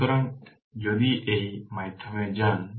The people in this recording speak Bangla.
সুতরাং যদি এই মাধ্যমে যান